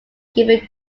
given